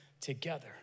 together